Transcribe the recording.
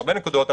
הרבה נקודות,